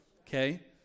okay